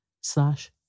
slash